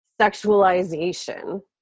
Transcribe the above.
sexualization